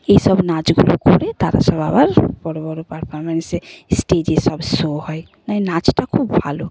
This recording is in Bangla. এই সব নাচগুলো করে তারা সব আবার বড় বড় পারফরমেন্সে স্টেজে সব শো হয় তাই নাচটা খুব ভালো